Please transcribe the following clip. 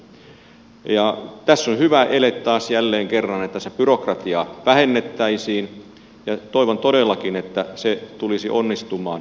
tässä on hyvä ele taas jälleen kerran että sitä byrokratiaa vähennettäisiin ja toivon todellakin että se tulisi onnistumaan